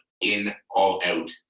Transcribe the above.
In-all-out